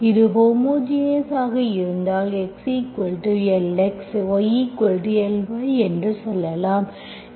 இது ஹோமோஜினியஸ் ஆக இருந்தால் x lx yly என்று சொல்லலாம்